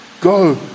Go